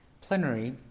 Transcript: plenary